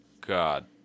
god